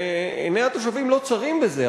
ועיני התושבים לא צרות בזה,